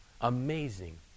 amazing